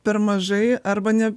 per mažai arba ne